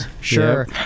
sure